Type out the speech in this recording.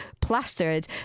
plastered